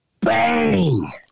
bang